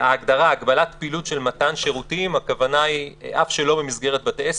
ההגדרה "הגבלת פעילות של מתן שירותים אף שלא במסגרת בתי עסק",